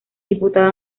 diputado